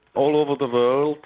all over the world,